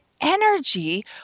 energy